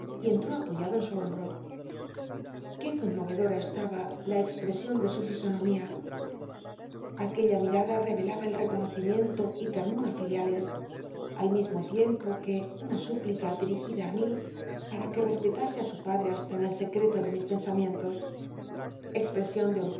y entró apoyada en su hombro qué conmovedora estaba la expresion de su fisonomía aquella mirada revelaba el reconocimiento y ternura filiales al mismo tiempo que una súplica dirigida í mí para que respetase á su padre hasta en el seereto de mis pensamientos ex l'esion de